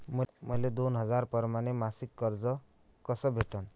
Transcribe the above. मले दोन हजार परमाने मासिक कर्ज कस भेटन?